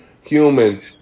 human